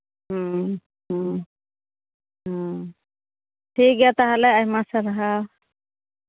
ᱴᱷᱤᱠ ᱜᱮᱭᱟ ᱛᱟᱦᱚᱞᱮ ᱟᱭᱢᱟ ᱥᱟᱨᱦᱟᱣ